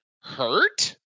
hurt